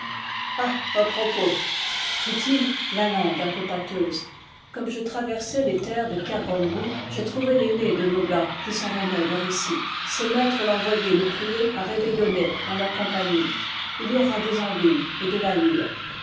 à propos fit-il la langue un peu pâteuse comme je traversais les terres de kergombou j'ai trouvé l'aîné de nos gars qui s'en venait vers ici ses maîtres l'envoyaient nous prier à réveillonner en leur compagnie il y aura des andouilles et de